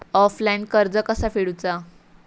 Offline कर्ज कसा फेडूचा?